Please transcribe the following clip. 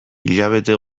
hilabete